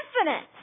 infinite